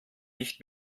nicht